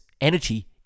energy